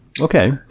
Okay